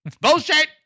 Bullshit